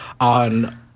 on